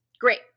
Great